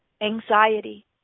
anxiety